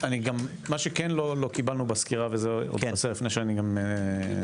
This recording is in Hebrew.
מה שלא קיבלנו בסקירה אחד,